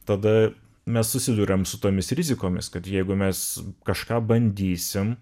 tada mes susiduriam su tomis rizikomis kad jeigu mes kažką bandysim